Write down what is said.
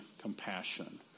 compassion